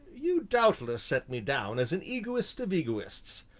you doubtless set me down as an egoist of egoists.